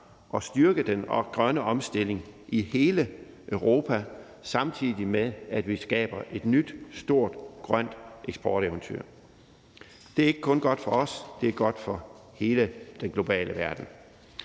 at styrke den grønne omstilling i hele Europa, samtidig med at vi skaber et nyt stort grønt eksporteventyr. Det er ikke kun godt for os, det er godt for hele den globale verden.